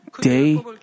day